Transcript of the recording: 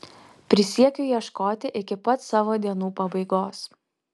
prisiekiu ieškoti iki pat savo dienų pabaigos